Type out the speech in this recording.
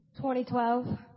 2012